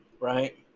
right